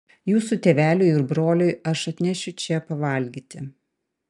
jūsų tėveliui ir broliui aš atnešiu čia pavalgyti